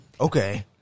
Okay